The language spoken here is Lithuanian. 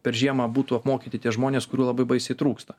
per žiemą būtų apmokyti tie žmonės kurių labai baisiai trūksta